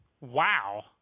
Wow